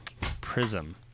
prism